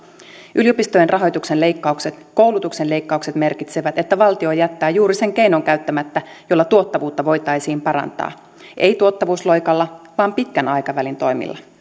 yliopistojen rahoituksen leikkaukset koulutuksen leikkaukset merkitsevät että valtio jättää juuri sen keinon käyttämättä jolla tuottavuutta voitaisiin parantaa ei tuottavuusloikalla vaan pitkän aikavälin toimilla